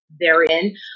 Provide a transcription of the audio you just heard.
therein